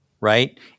right